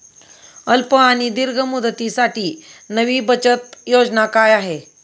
अल्प आणि दीर्घ मुदतीसाठी नवी बचत योजना काय आहे?